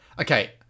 Okay